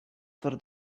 for